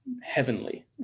heavenly